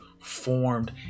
formed